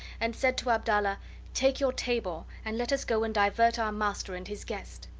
and said to abdallah take your tabor, and let us go and divert our master and his guest.